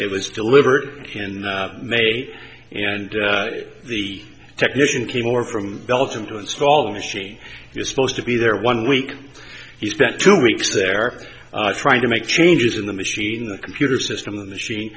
it was delivered in may you know and the technician came over from belgium to install the machine you're supposed to be there one week he spent two weeks there trying to make changes in the machine the computer system machine